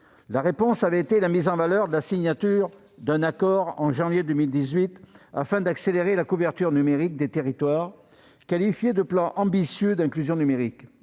La réponse avait été la mise en valeur de la signature d'un accord au mois de janvier 2018, afin d'accélérer la couverture numérique des territoires, qualifiée de plan ambitieux d'inclusion numérique.